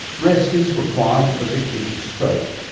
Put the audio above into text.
rest is required for the victims of stroke,